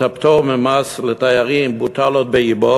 את הפטור ממס לתיירים בוטל עוד באבו,